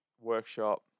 workshop